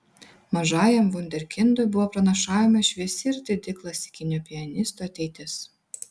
mažajam vunderkindui buvo pranašaujama šviesi ir didi klasikinio pianisto ateitis